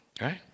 Right